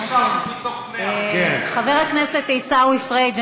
הוא התכוון ש-99% מתוך 100%. חבר הכנסת עיסאווי פריג',